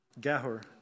Gahur